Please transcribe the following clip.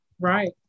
Right